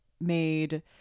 made